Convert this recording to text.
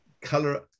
color